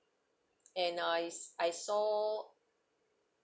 and I I saw